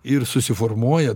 ir susiformuoja